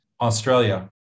Australia